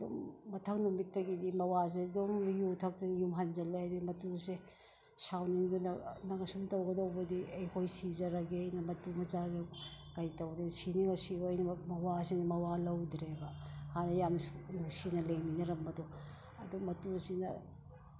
ꯑꯗꯨꯝ ꯃꯊꯪ ꯅꯨꯃꯤꯠꯇꯒꯤꯗꯤ ꯃꯋꯥꯁꯦ ꯑꯗꯨꯝ ꯌꯨ ꯊꯛꯇꯅ ꯌꯨꯝ ꯍꯟꯖꯜꯂꯦ ꯃꯇꯨꯁꯦ ꯁꯥꯎꯅꯤꯡꯗꯨꯅ ꯅꯪ ꯑꯁꯨꯝ ꯇꯧꯒꯗꯧꯕ ꯑꯣꯏꯔꯗꯤ ꯑꯩꯈꯣꯏ ꯁꯤꯖꯔꯒꯦꯅ ꯃꯇꯨ ꯃꯆꯥꯁꯤ ꯀꯔꯤ ꯇꯧꯔꯦ ꯁꯤꯅꯤꯡꯉꯒ ꯁꯤꯔꯣꯅ ꯃꯋꯥꯁꯤꯅ ꯃꯋꯥ ꯂꯧꯗ꯭ꯔꯦꯕ ꯍꯥꯟꯅ ꯌꯥꯝ ꯅꯨꯡꯁꯤꯅꯅ ꯂꯩꯃꯤꯟꯅꯔꯝꯕꯗꯣ ꯑꯗꯨ ꯃꯇꯨꯁꯤꯅ